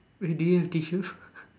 wait do you have tissue